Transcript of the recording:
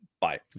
bye